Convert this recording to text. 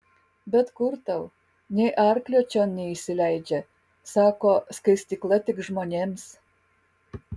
bet kur tau nė arklio čion neįsileidžia sako skaistykla tik žmonėms